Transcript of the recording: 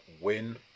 win